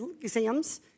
exams